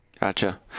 Gotcha